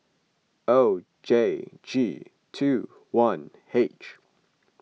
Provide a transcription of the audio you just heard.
O J G two one H